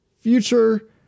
future